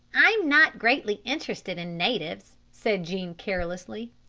i'm not greatly interested in natives, said jean carelessly.